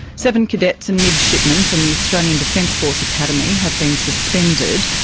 seven cadets and midshipmen from the australian defence force academy have been suspended.